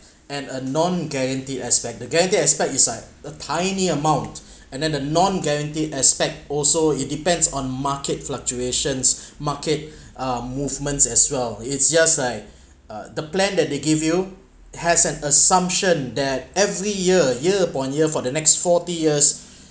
and a non guaranteed aspect the guaranteed aspect is like a tiny amount and then the non guaranteed aspect also it depends on market fluctuations market uh movements as well it's just like uh the plan that they give you has an assumption that every year year upon year for the next forty years